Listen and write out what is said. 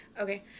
Okay